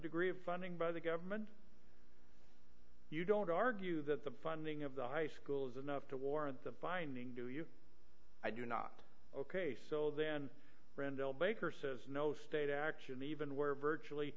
degree of funding by the government you don't argue that the funding of the high school is enough to warrant the finding to you i do not ok so then randall baker says no state action even where virtually